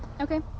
Okay